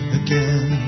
again